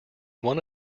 one